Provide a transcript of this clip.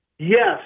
Yes